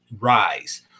rise